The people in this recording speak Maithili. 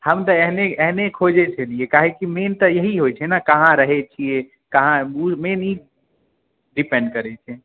हम तऽ एहने खोजै छलियै काहे की मेन तऽ एहि होइ छै ने कहाँ रहै छियै ई डिपेंड करै छै